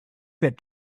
that